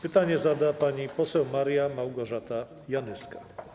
Pytanie zada pani poseł Maria Małgorzata Janyska.